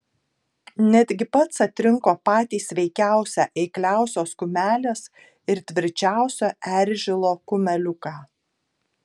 netgi pats atrinko patį sveikiausią eikliausios kumelės ir tvirčiausio eržilo kumeliuką